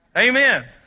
Amen